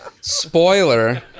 Spoiler